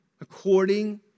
according